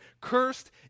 Cursed